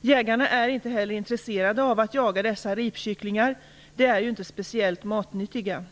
Jägarna är inte heller intresserade av att jaga dessa ripkycklingar, de är ju inte speciellt matnyttiga.